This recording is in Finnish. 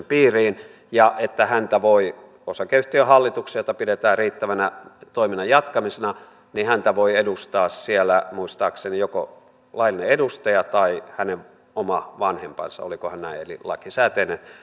piiriin ja että häntä voi osakeyhtiön hallituksessa jota pidetään riittävänä toiminnan jatkamisena edustaa muistaakseni joko laillinen edustaja tai oma vanhempansa olikohan näin eli lakisääteinen